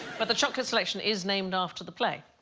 but the chocolate selection is named after the play.